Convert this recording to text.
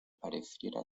pareciera